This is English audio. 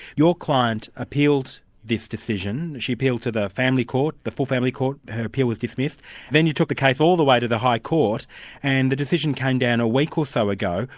your client appealed this decision she appealed to the family court, the full family court, her appeal was dismissed, and then you took the case all the way to the high court and the decision came down a week or so ago.